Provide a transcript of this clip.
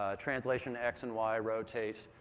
ah translation x and y, rotate,